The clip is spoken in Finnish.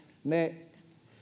ne